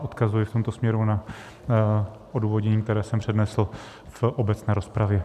Odkazuji v tomto směru na odůvodnění, které jsem přednesl v obecné rozpravě.